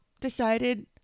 decided